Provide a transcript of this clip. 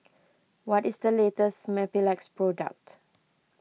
what is the latest Mepilex product